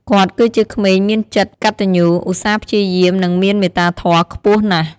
គាត់គឺជាក្មេងមានចិត្តកតញ្ញូ ឧស្សាហ៍ព្យាយាម និងមានមេត្តាធម៌ខ្ពស់ណាស់។